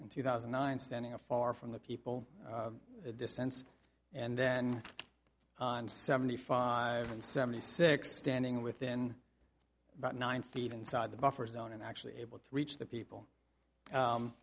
in two thousand and nine standing a far from the people the distance and then on seventy five and seventy six standing within about nine feet inside the buffer zone and actually able to reach the people